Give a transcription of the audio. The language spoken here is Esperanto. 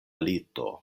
lito